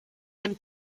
dem